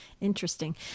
Interesting